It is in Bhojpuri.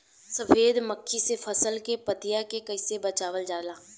सफेद मक्खी से फसल के पतिया के कइसे बचावल जाला?